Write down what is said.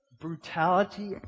brutality